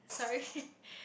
sorry